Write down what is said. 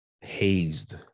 hazed